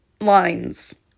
lines